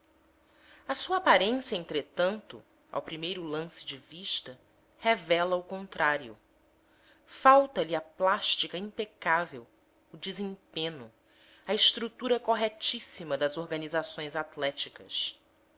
a sua aparência entretanto ao primeiro lance de vista revela o contrário falta-lhe a plástica impecável o desempeno a estrutura corretíssima das organizações atléticas